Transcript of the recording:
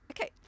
okay